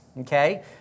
Okay